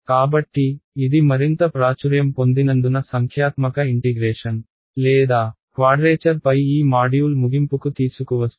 కాబట్టి ఇది మరింత ప్రాచుర్యం పొందినందున సంఖ్యాత్మక ఇంటిగ్రేషన్ లేదా క్వాడ్రేచర్ పై ఈ మాడ్యూల్ ముగింపుకు తీసుకువస్తుంది